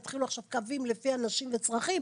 יתחילו עכשיו קווים לפי אנשים וצרכים?